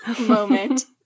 moment